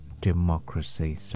democracy